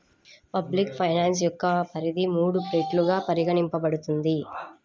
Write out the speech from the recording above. public finance యొక్క పరిధి మూడు రెట్లుగా పరిగణించబడుతుంది